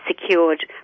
secured